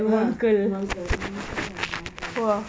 ah rumah uncle balik rumah uncle rumah uncle